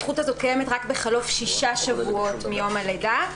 הזכות הזאת קיימת רק בחלוף שישה שבועות מיום הלידה,